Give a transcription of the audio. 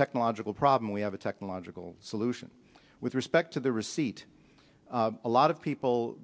technological problem we have a technological solution with respect to the receipt a lot of people